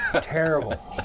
Terrible